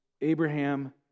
Abraham